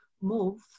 move